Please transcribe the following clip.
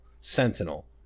Sentinel